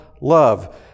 love